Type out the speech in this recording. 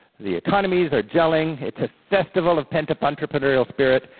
the economies are gelling, it's a festival of pent up entrepreneurial spirit.